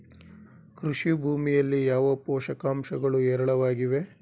ಕೃಷಿ ಭೂಮಿಯಲ್ಲಿ ಯಾವ ಪೋಷಕಾಂಶಗಳು ಹೇರಳವಾಗಿವೆ?